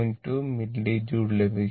2 millijoule ലഭിക്കും